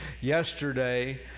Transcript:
yesterday